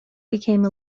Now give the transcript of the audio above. became